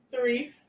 three